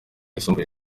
yisumbuye